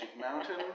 Mountain